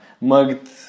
mugged